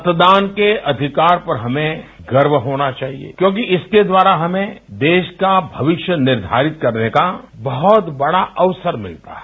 मतदान के अधिकार पर हमें गर्व होना चाहिए क्योंकि इसके द्वारा हमें देश का भविष्य निर्धारित करने का बहुत बड़ा अवसर मिलता है